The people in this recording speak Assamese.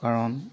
কাৰণ